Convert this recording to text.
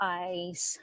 eyes